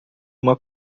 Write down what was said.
uma